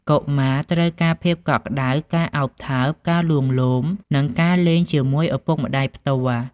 កុមារត្រូវការភាពកក់ក្ដៅ ការឱបថើប ការលួងលោម និងការលេងជាមួយឪពុកម្ដាយផ្ទាល់។